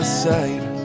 side